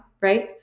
right